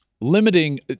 limiting